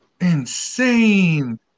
Insane